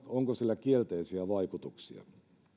onko sillä kielteisiä vaikutuksia